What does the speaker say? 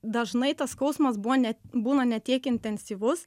dažnai tas skausmas buvo ne būna ne tiek intensyvus